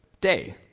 day